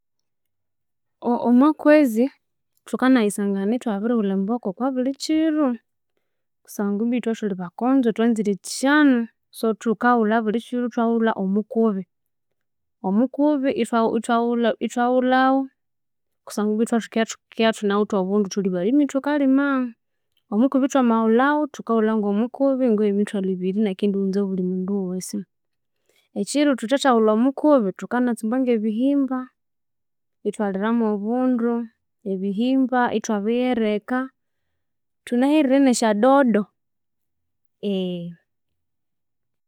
Omwa omwa kwezi thukanayisangana ithwabirighulha emboka okwa bulhikiro kusangwa ibwa ithwe thulhibakonzo thwanzire ekishano, so thukaghulha obulhikiro ithwaghulha omukubi omukubi ithwa ithwaghulhaghu ithunawithe obundu thulhi balhimi thukalhima omukubi thwamaghulhaghu thukaghulha ngo owe mithwalhu ebiri iniakindighunza obulhi mundu wosi ekiro thuthethaghulha omukubi thatsumba nge ebihimba ithwalhiramu nobundu ebihimba ithwabighereka thunaherire nesya dodo.